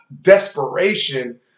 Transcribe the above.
desperation